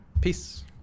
Peace